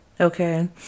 Okay